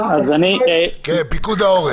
יש קריטריונים